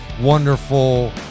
wonderful